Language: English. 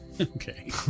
Okay